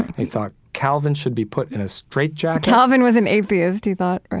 he thought calvin should be put in a straightjacket calvin was an atheist, he thought, right?